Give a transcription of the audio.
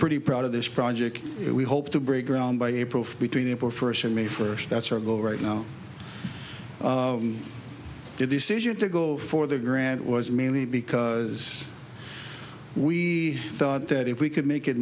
pretty proud of this project and we hope to break ground by a profile between april first and may first that's our goal right now to decision to go for the grant was mainly because we thought that if we could make it